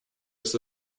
ist